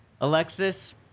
Alexis